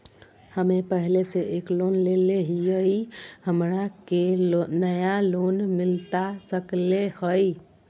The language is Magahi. हमे पहले से एक लोन लेले हियई, हमरा के नया लोन मिलता सकले हई?